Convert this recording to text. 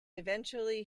eventually